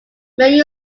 may